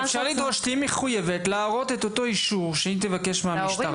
תהיה מחויבת להראות להורים את אותו אישור שהיא תבקש מהמשטרה.